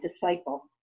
disciple